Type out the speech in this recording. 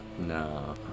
No